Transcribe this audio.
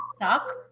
suck